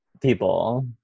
people